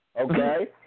Okay